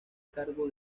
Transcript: cargo